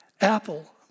Apple